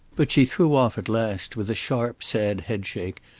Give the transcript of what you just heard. but she threw off at last, with a sharp sad headshake,